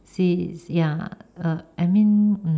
see ya uh I mean mm